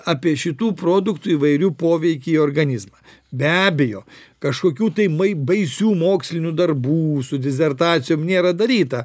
apie šitų produktų įvairių poveikį į organizmą be abejo kažkokių tai mai baisių mokslinių darbų su dizertacijom nėra daryta